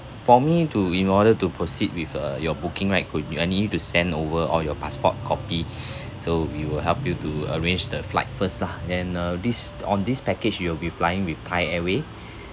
for me to in order to proceed with uh your booking right could you I need you to send over all your passport copy so we will help you to arrange the flight first lah then uh this on this package you'll be flying with Thai Airways